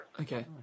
Okay